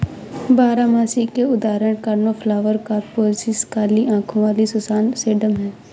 बारहमासी के उदाहरण कोर्नफ्लॉवर, कोरॉप्सिस, काली आंखों वाली सुसान, सेडम हैं